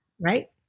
right